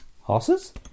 Horses